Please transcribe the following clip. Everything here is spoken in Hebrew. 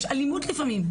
יש אלימות לפעמים.